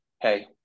Hey